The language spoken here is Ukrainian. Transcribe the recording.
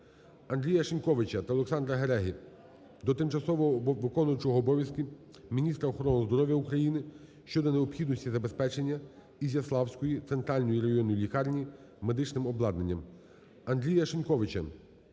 Андрія Шиньковича та Олександра Гереги до тимчасово виконуючої обов'язки міністра охорони здоров'я України щодо необхідності забезпечення Ізяславської центральної районної лікарні медичним обладнанням. Андрія Шиньковича